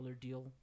deal